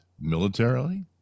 militarily